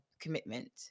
commitment